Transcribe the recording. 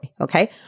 okay